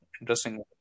interesting